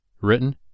Written